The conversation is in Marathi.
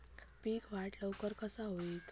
पीक वाढ लवकर कसा होईत?